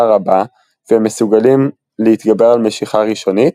רבה והם מסוגלים להתגבר על משיכה ראשונית,